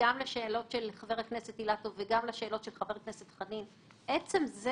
עצם זה